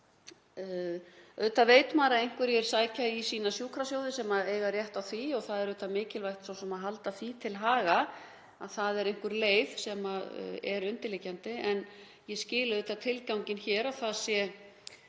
Auðvitað veit maður að einhverjir sækja í sína sjúkrasjóði sem eiga rétt á því og það er mikilvægt að halda því til haga að það er einhver leið sem er undirliggjandi en ég skil tilganginn hér að þessum